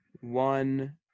one